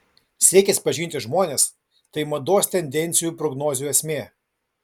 siekis pažinti žmones tai mados tendencijų prognozių esmė